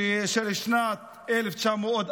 של שנת 1948,